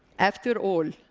after all,